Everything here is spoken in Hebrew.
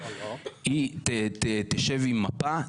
היא תשב עם מפה,